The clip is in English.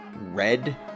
red